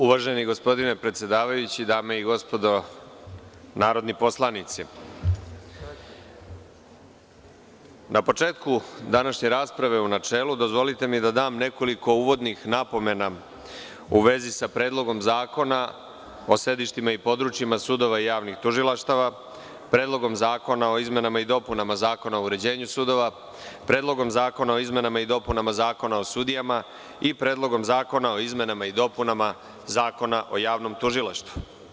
Uvaženi gospodine predsedavajući, dame i gospodo narodni poslanici, na početku današnje rasprave u načelu dozvolite mi da dam nekoliko uvodnih napomena u vezi sa Predlogom zakona o sedištima i područjima sudova i javnih tužilaštava, Predlogom zakona o izmenama i dopunama Zakona o uređenju sudova, Predlogom zakona o izmenama i dopunama Zakona o sudijama i Predlogom zakona o izmenama i dopunama Zakona o javnom tužilaštvu.